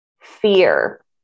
fear